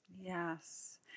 Yes